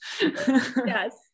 Yes